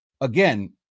Again